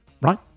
right